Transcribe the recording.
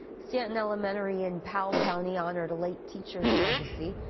stanton elementary in powell county honored a late teacher's legacy.